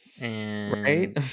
Right